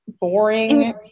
boring